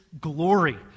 glory